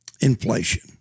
Inflation